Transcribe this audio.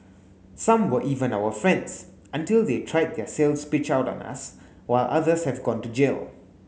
some were even our friends until they tried their sales pitch out on us while others have gone to jail